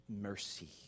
mercy